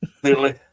Clearly